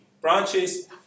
branches